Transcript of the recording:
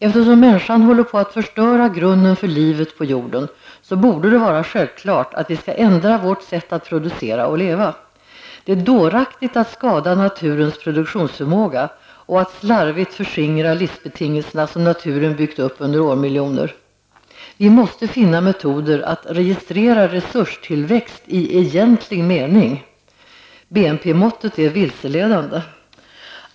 Eftersom människan håller på att förstöra grunden för livet på jorden borde det vara självklart att vi skall ändra vårt sätt att producera och leva. Det är dåraktigt att skada naturens produktionsförmåga och att slarvigt förskingra livsbetingelserna som naturen byggt upp under årmiljoner. Vi måste finna metoder att registrera resurstillväxt i egentlig mening. BNP måttet är vilseledande.